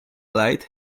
light